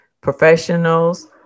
professionals